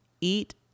eat